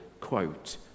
quote